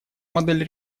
модель